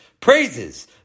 praises